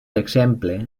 exemple